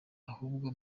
ahubwo